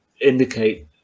indicate